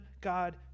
God